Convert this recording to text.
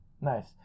nice